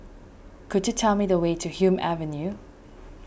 could you tell me the way to Hume Avenue